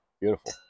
Beautiful